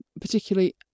particularly